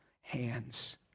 hands